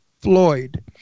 Floyd